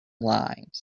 lives